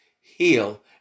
heal